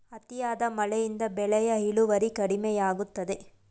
ಅತಿಯಾದ ಮಳೆಯಿಂದ ಬೆಳೆಯ ಇಳುವರಿ ಕಡಿಮೆಯಾಗುತ್ತದೆ